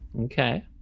Okay